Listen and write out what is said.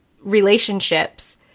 relationships